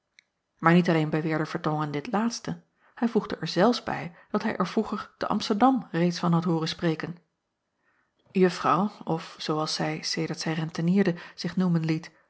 aar niet alleen beweerde erdrongen dit laatste hij voegde er zelfs bij dat hij er vroeger te msterdam reeds van had hooren spreken uffrouw of zoo als zij sedert zij rentenierde zich noemen